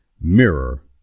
mirror